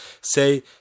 say